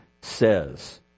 says